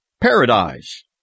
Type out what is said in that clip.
paradise